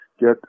get